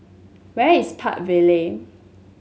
where is Park Vale